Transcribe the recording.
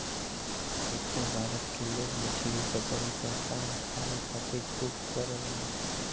उत्तर भारत के लोग मछली पकड़े क काम खाए खातिर खूब करलन